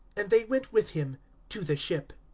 and they went with him to the ship.